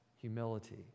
humility